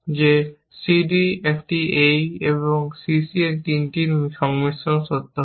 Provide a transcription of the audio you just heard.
যে CD একটি AE একটি CC তে তিনটির সংমিশ্রণ সত্য হবে